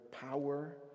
power